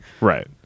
Right